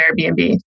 Airbnb